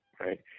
right